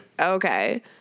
Okay